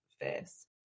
face